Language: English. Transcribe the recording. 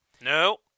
No